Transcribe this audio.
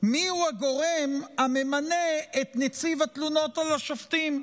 מיהו הגורם הממלא את נציב התלונות על השופטים,